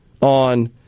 on